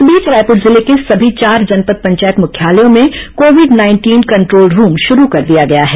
इस बीच रायपुर जिले के सभी चार जनपद पंचायत मुख्यालयों में कोविड नाइंटीन कंट्रोल रूम शुरू कर दिया गया है